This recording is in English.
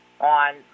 on